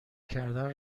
کردن